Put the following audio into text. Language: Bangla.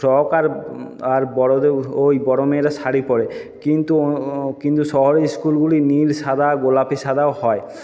ফ্রক আর আর বড়োদের ওই বড়ো মেয়েরা শাড়ি পরে কিন্তু কিন্তু শহরের স্কুলগুলি নীল সাদা গোলাপি সাদাও হয়